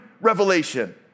revelation